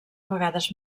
vegades